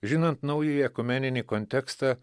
žinant naująjį ekumeninį kontekstą